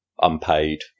unpaid